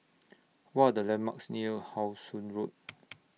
What Are The landmarks near How Sun Road